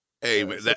Hey